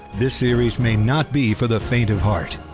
this series may not be for the faint of heart.